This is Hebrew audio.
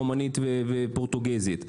רומנית ופורטוגזית.